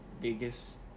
biggest